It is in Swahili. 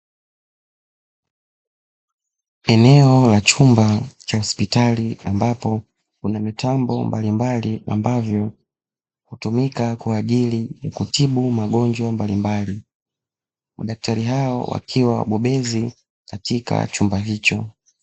Eneo la chumba cha hospitali ambapo kuna mitambo mbalimbali, ambavyo hutumika kwa ajili ya kutibu magonjwa mbalimbali. Madaktari hao wakiwa wabobezi katika chumba hicho.